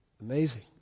Amazing